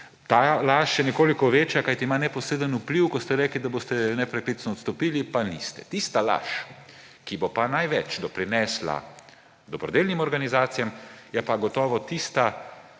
Ta laž je nekoliko večja, kajti ima neposreden vpliv, ko ste rekli, da boste nepreklicno odstopili, pa niste. Tista laž, ki bo pa največ doprinesla dobrodelnim organizacijam, je pa gotovo tista,